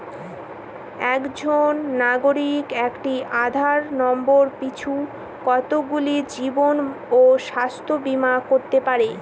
একজন নাগরিক একটি আধার নম্বর পিছু কতগুলি জীবন ও স্বাস্থ্য বীমা করতে পারে?